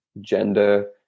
gender